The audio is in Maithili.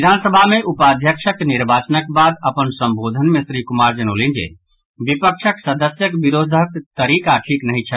विधान सभा मे उपाध्यक्षक निर्वाचनक बाद अपन संबोधन मे श्री कुमार जनौलनि जे विपक्षक सदस्यक विरोधक तरीका ठीक नहि छल